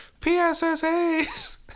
PSSAs